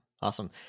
Awesome